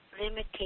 limitation